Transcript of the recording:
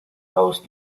host